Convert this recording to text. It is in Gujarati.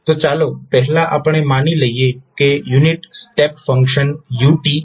તો ચાલો પહેલા આપણે માની લઈએ કે યુનિટ સ્ટેપ ફંક્શન u છે